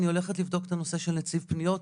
אני הולכת לבדוק את הנושא של נציב פניות,